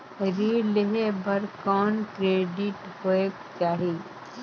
ऋण लेहे बर कौन क्रेडिट होयक चाही?